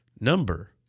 number